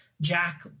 Jack